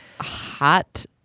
hot